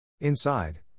Inside